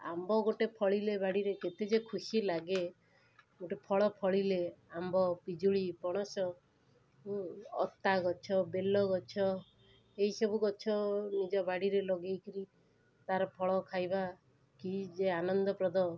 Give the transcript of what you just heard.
ଆମ୍ବ ଗୋଟେ ଫଳିଲେ ବାଡ଼ିରେ କେତେ ଯେ ଖୁସିଲାଗେ ଗୋଟେ ଫଳ ଫଳିଲେ ଆମ୍ବ ପିଜୁଳି ପଣସ ଉଁ ଅତାଗଛ ବେଲଗଛ ଏଇସବୁ ଗଛ ନିଜ ବାଡ଼ିରେ ଲଗେଇକିରି ତାର ଫଳ ଖାଇବା କି ଯେ ଆନନ୍ଦପ୍ରଦ